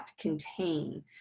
contain